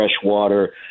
freshwater